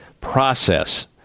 process